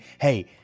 Hey